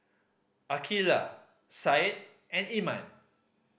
Aqilah Syed and Iman